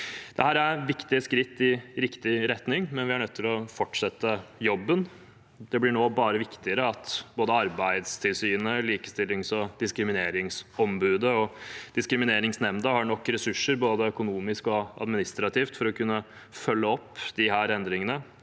Dette er viktige skritt i riktig retning, men vi er nødt til å fortsette jobben. Det blir nå bare viktigere at både Arbeidstilsynet, Likestillings- og diskrimineringsombudet og Diskrimineringsnemnda har nok ressurser, både økonomisk og administrativt, til å kunne følge opp disse endringene,